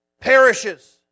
perishes